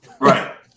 Right